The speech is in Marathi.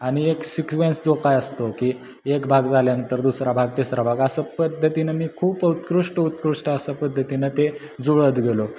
आणि एक सिक्वेन्स जो काय असतो की एक भाग झाल्यानंतर दुसरा भाग तिसरा भाग असं पद्धतीनं मी खूप उत्कृष्ट उत्कृष्ट असं पद्धतीनं ते जुळवत गेलो